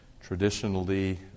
traditionally